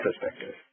perspective